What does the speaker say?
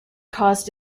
cause